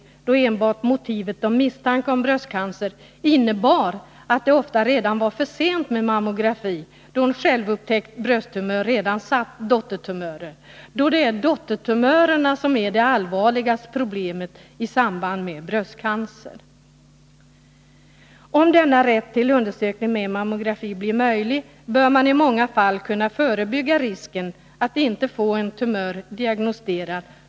Enbart motivet misstanke om bröstcancer innebar att det ofta redan var för sent med mammografi, då en självupptäckt brösttumör redan satt dottertumörer och då det är dottertumörerna som är det allvarligaste problemet i samband med bröstcancer. Om denna rätt till undersökning med mammografi blir möjlig, bör man i många fall kunna förebygga risken att inte få en tumör diagnostiserad.